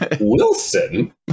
Wilson